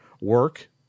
work